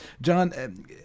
John